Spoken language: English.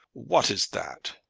what is dat?